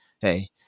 hey